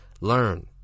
learn